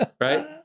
Right